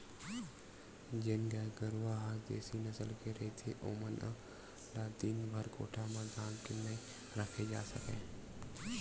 जेन गाय गरूवा ह देसी नसल के रहिथे ओमन ल दिनभर कोठा म धांध के नइ राखे जा सकय